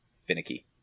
finicky